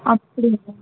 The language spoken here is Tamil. அப்பிடிங்களா